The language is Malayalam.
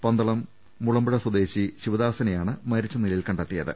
പന്തളം മുളമ്പുഴ സ്വദേശി ശിവദാസനെയാണ് മരിച്ചനില യിൽ കണ്ടെത്തിയത്